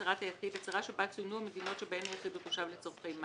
"הצהרת היחיד" הצהרה שבה צוינו המדינות שבהן היחיד הוא תושב לצרכי מס,